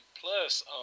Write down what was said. plus